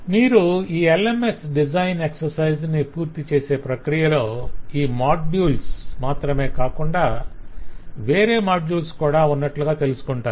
మీరు ఈ LMS design ను పూర్తిచేసే ప్రక్రియలో ఈ మాడ్యుల్స్ మాత్రమే కాకుండా వేరే మాడ్యుల్స్ కూడా ఉన్నట్లుగా తెలుసుకుంటారు